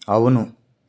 అవును